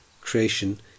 creation